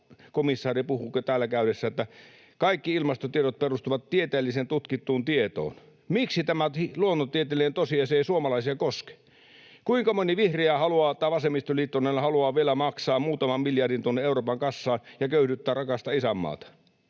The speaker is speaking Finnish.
komissaari puhuu täällä käydessään — että kaikki ilmastotiedot perustuvat tieteelliseen, tutkittuun tietoon. Miksi tämä luonnontieteellinen tosiasia ei suomalaisia koske? Kuinka moni vihreä haluaa tai vasemmistoliittolainen haluaa vielä maksaa muutaman miljardin tuonne Euroopan kassaan ja köyhdyttää rakasta isänmaata?